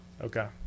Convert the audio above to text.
Okay